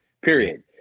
period